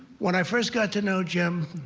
when i first got to know jim,